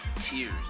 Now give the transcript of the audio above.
Cheers